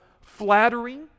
flattering